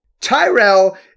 Tyrell